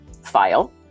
file